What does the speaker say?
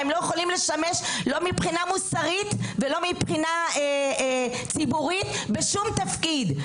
הם לא יכולים לשמש לא מבחינה מוסרית ולא מבחינה ציבורית בשום תפקיד.